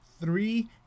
Three